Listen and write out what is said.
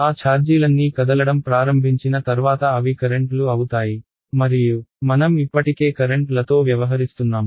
ఆ ఛార్జీలన్నీ కదలడం ప్రారంభించిన తర్వాత అవి కరెంట్లు అవుతాయి మరియు మనం ఇప్పటికే కరెంట్లతో వ్యవహరిస్తున్నాము